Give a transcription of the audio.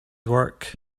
work